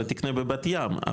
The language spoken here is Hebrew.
אלא תקנה בבת ים.